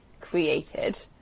created